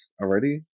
already